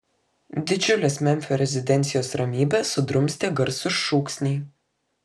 didžiulės memfio rezidencijos ramybę sudrumstė garsūs šūksniai